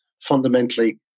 fundamentally